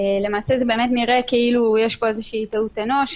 למעשה זה באמת נראה כאילו יש פה איזושהי טעות אנוש,